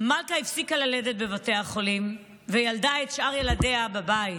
מלכה הפסיקה ללדת בבתי החולים וילדה את שאר ילדיה בבית.